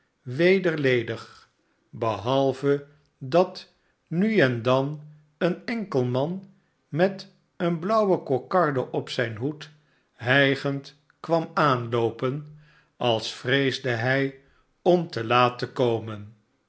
weder ledig behalve dat nu en dan een enkel man met een blauwe kokarde op zijn hoed hijgend kwam aanloopen als vreesde hij om te laat te komen